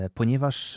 ponieważ